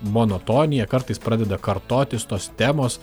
monotonija kartais pradeda kartotis tos temos